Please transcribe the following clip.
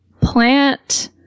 plant